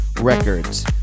Records